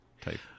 type